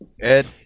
Ed